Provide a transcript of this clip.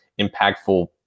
impactful